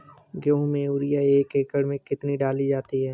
गेहूँ में यूरिया एक एकड़ में कितनी डाली जाती है?